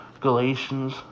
Galatians